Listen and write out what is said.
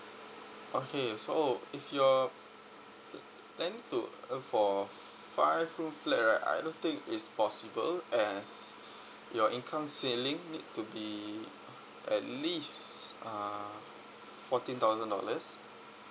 okay so if you're lend to uh for five room flat right I don't think it's possible as your income ceiling need to be at least uh fourteen thousand dollars